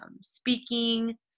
speaking